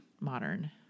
modern